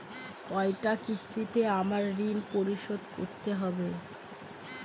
কয়টা কিস্তিতে আমাকে ঋণ পরিশোধ করতে হবে?